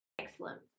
Excellent